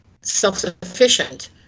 self-sufficient